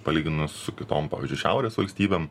palyginus su kitom pavyzdžiui šiaurės valstybėm